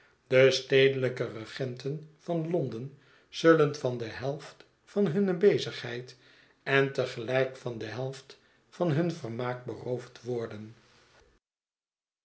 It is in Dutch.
de stedelijke regentenvan londen zullen van de helft van hunne bezigheid en te gelljk van de helft van hun vermaak beroofd worden